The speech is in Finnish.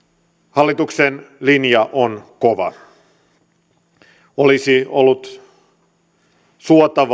hallituksen linja on kova olisi ollut suotavaa